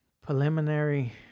preliminary